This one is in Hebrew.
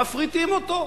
מפריטים אותו?